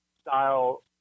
style